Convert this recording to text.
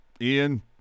Ian